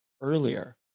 earlier